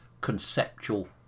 conceptual